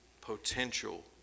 potential